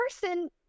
person